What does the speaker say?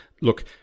look